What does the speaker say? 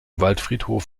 waldfriedhof